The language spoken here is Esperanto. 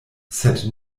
sed